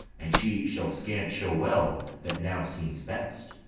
and she shall scant show well that now seems best.